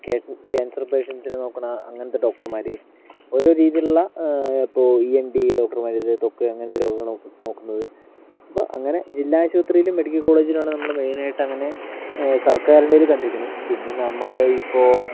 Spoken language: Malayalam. ക്യാൻ കേൻസർ പേഷ്യൻസിനെ നോക്കുന്ന അങ്ങനത്തെ ഡോക്ടർമാർ ഓരോ രീതിയിലുള്ള ഇപ്പോൾ ഇ എൻ ടി ഡോക്ടർമാർ ത്വക്ക് അങ്ങനത്തെ രോഗങ്ങൾ നോക്കു നോക്കുന്നത് അപ്പോൾ അങ്ങനെ ജില്ലാ ആശുപത്രിയിലും മെഡിക്കൽ കോളേജിലുമാണ് നമ്മൾ മെയിനായിട്ടങ്ങനെ സർക്കാരിന്റെ അതിൽ കണ്ടിരിക്കുന്നത് പിന്നെ നമ്മൾ ഇപ്പോൾ